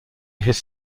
his